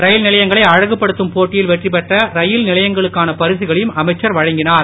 ரயில்நிலையங்களை அழகுப்படுத்தும் போட்டியில் பெற்றிபெற்ற ரயில் நிலையங்களுக்கான பரிசுகளையும் அமைச்சர் வழங்கினார்